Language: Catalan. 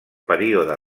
període